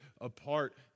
apart